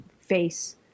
face